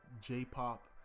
j-pop